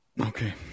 Okay